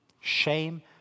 shame